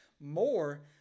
more